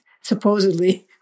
supposedly